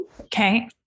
Okay